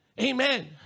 Amen